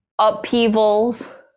upheavals